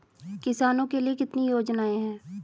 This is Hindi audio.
किसानों के लिए कितनी योजनाएं हैं?